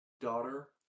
daughter